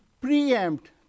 preempt